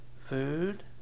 Food